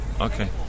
Okay